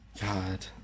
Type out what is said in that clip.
god